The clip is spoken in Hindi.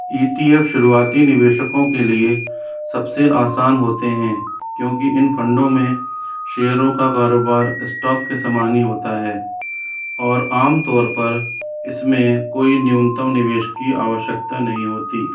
ई टी एफ़ शुरुआती निवेशकों के लिए सब से आसान होते हैं क्योंकि इन फ़ंडों में शेयरों का कारोबार स्टॉक के समान ही होता है और आम तौर पर इस में कोई न्यूनतम निवेश की आवश्यकता नहीं होती